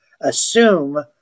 assume